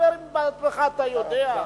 בעצמך אתה יודע,